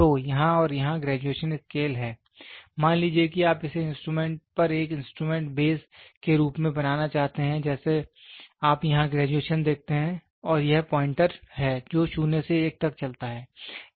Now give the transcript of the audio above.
तो यहाँ और यहाँ ग्रेजुएशन स्केल है मान लीजिए कि आप इसे इंस्ट्रूमेंट पर एक इंस्ट्रूमेंट बेस के रूप में बनाना चाहते हैं जैसे आप यहाँ ग्रेजुएशन देखते हैं और यह पॉइंटर है जो 0 से 1 तक चलता है